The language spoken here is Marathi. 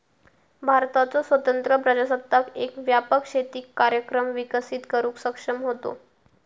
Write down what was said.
भारताचो स्वतंत्र प्रजासत्ताक एक व्यापक शेती कार्यक्रम विकसित करुक सक्षम होतो